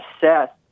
Seth